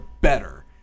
better